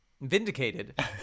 Vindicated